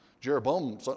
Jeroboam